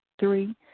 Three